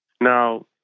Now